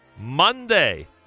Monday